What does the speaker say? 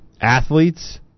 athletes